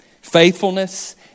Faithfulness